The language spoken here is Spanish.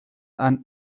han